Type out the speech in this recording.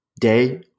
day